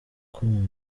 com